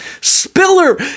Spiller